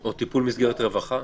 או טיפול במסגרת רווחה.